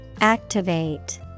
Activate